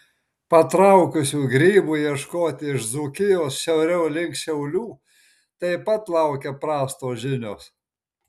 patraukusių grybų ieškoti iš dzūkijos šiauriau link šiaulių taip pat laukia prastos žinios